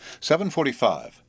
745